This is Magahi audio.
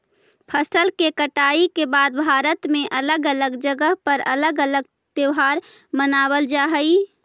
फसल के कटाई के बाद भारत में अलग अलग जगह पर अलग अलग त्योहार मानबल जा हई